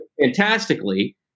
fantastically